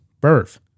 birth